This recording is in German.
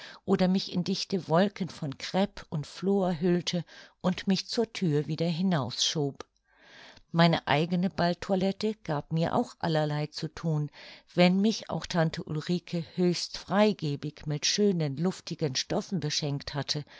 oder mich in dichte wolken von crpe und flor hüllte und mich zur thür wieder hinaus schob meine eigene balltoilette gab mir auch allerlei zu thun wenn mich auch tante ulrike höchst freigebig mit schönen luftigen stoffen beschenkt hatte